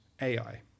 AI